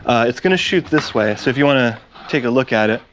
it's gonna shoot this way, so if you wanna take a look at it.